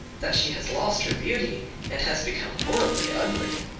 that she has lost her beauty and has become horribly ugly.